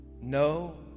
No